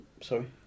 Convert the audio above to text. Sorry